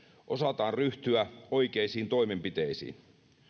osataan ryhtyä oikeisiin toimenpiteisiin